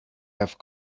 have